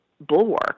bulwark